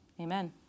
amen